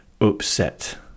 upset